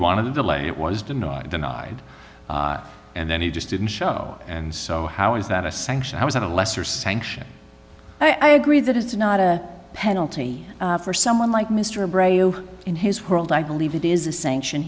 wanted to delay it was denied denied and then he just didn't show and so how is that a sanction i was at a lesser sanction i agree that it's not a penalty for someone like mr bray over in his world i believe it is a sanction